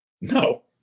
No